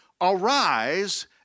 Arise